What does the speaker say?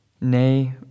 Nay